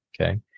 Okay